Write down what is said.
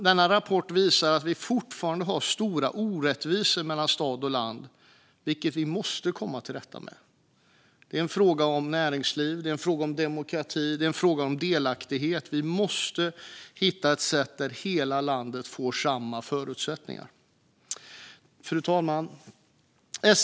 Denna rapport visar att vi fortfarande har stora orättvisor mellan stad och land, vilket vi måste komma till rätta med. Det är en fråga om näringsliv, om demokrati och om delaktighet. Vi måste hitta ett sätt som innebär att hela landet får samma förutsättningar. Fru talman!